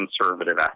conservative